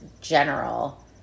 general